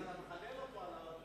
אתה משבח אותו על,